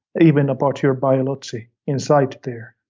even about your biology inside there.